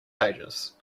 pages